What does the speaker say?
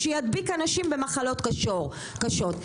שידביק אנשים במחלות קשות.